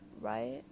right